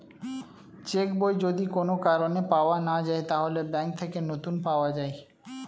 check বই যদি কোন কারণে পাওয়া না যায়, তাহলে ব্যাংক থেকে নতুন পাওয়া যায়